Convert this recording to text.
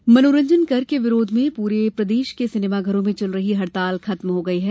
सिनेमाघर मनोरंजन कर के विरोध में पूरे प्रदेश के सिनेमाघरों में चल रही हड़ताल खत्म हो गई है